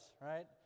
right